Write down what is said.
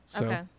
Okay